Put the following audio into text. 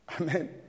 Amen